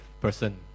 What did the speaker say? person